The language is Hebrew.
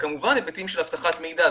כמובן היבטים של אבטחת מידע,